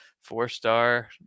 four-star